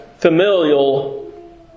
familial